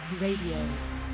Radio